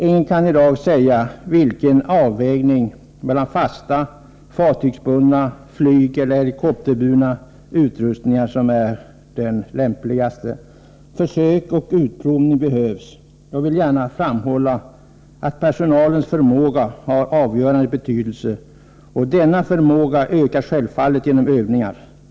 Ingen kan i dag säga vilken avvägning mellan fasta, fartygsbundna, flygeller helikopterburna utrustningar som är den lämpligaste. Försök och utprovning behövs. Jag vill gärna framhålla att personalens förmåga har avgörande betydelse, och denna förmåga ökar självfallet genom övningar.